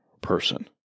person